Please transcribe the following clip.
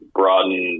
broaden